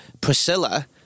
Priscilla